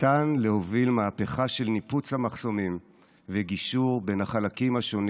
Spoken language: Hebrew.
ניתן להוביל מהפכה של ניפוץ המחסומים וגישור בין החלקים השונים